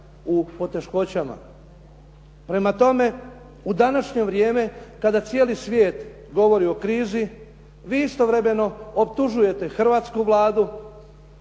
poteškoćama . Prema tome, u današnje vrijeme kada cijeli svije govori o krizi vi istovremeno optužujete hrvatsku Vladu,